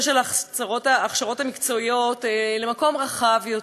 של ההכשרות המקצועיות למקום רחב יותר.